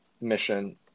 mission